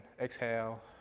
exhale